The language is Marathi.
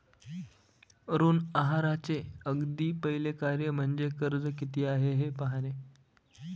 ऋण आहाराचे अगदी पहिले कार्य म्हणजे कर्ज किती आहे हे पाहणे